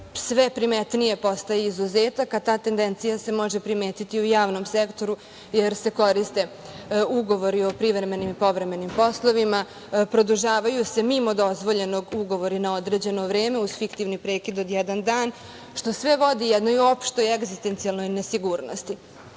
sve primetnije postaje izuzetak, a ta tendencija se može primetiti i u javnom sektoru, jer se koriste ugovori o privremenim i povremenim poslovima, produžavaju se mimo dozvoljenog ugovori na određeno vreme, uz fiktivni prekid od jedan dan, što sve vodi jednoj opštoj egzistencijalnoj nesigurnosti. Recimo,